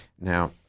Now